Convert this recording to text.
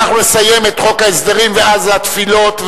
אנחנו נסיים את חוק ההסדרים ואז התפילות,